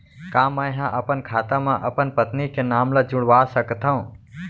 का मैं ह अपन खाता म अपन पत्नी के नाम ला जुड़वा सकथव?